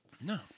No